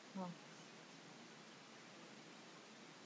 uh